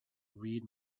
read